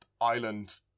Island